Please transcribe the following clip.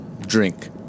drink